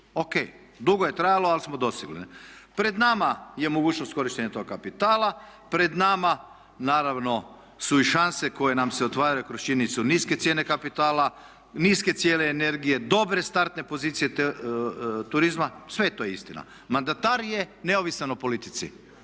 O.K., dugo je trajalo ali smo dosegli. Pred nama je mogućnost korištenja tog kapitala, pred nama naravno su i šanse koje nam se otvaraju kroz činjenicu niske cijene kapitala, niske cijene energije, dobre startne pozicije turizma, sve je to istina. Mandatar je neovisan o politici,